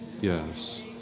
Yes